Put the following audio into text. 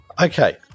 Okay